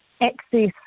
access